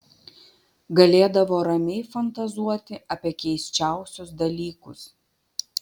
galėdavo ramiai fantazuoti apie keisčiausius dalykus